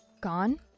Gone